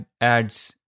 adds